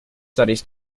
studies